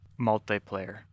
multiplayer